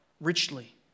richly